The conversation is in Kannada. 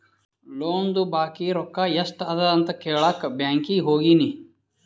ಲೋನ್ದು ಬಾಕಿ ರೊಕ್ಕಾ ಎಸ್ಟ್ ಅದ ಅಂತ ಕೆಳಾಕ್ ಬ್ಯಾಂಕೀಗಿ ಹೋಗಿನಿ